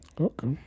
Okay